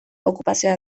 okupazioa